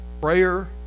prayer